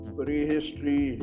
prehistory